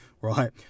right